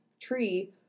tree